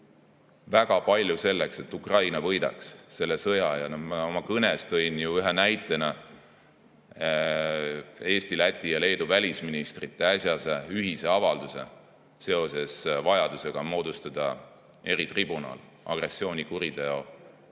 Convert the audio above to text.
väga palju selleks, et Ukraina võidaks selle sõja. Oma kõnes tõin ühe näitena Eesti, Läti ja Leedu välisministrite äsjase ühisavalduse seoses vajadusega moodustada eritribunal agressioonikuriteo